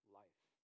life